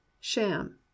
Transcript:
Sham